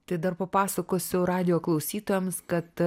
tai dar papasakosiu radijo klausytojams kad